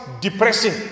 depressing